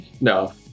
No